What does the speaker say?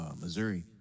Missouri